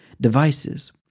devices